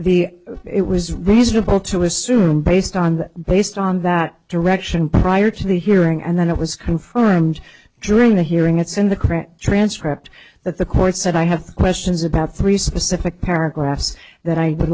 the it was reasonable to assume based on that based on that direction prior to the hearing and then it was confirmed during the hearing it's in the correct transcript that the court said i have questions about three specific paragraphs that i